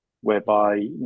whereby